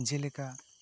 ᱡᱮᱞᱮᱠᱟ